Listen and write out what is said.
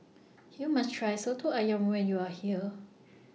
YOU must Try Soto Ayam when YOU Are here